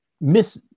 miss